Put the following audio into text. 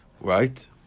Right